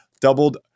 doubled